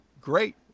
Great